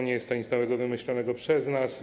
Nie jest to nic nowego, nic wymyślonego przez nas.